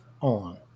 on